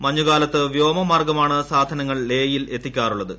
മഞ്ഞുകാലത്ത് വ്യോമമാർഗ്ഗമാണ് സാധനങ്ങൾ ലേ യിൽ എത്തിക്കാറുള്ളത്